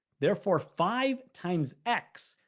therefore five times x,